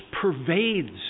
pervades